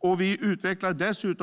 Dessutom utvecklar